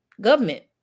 government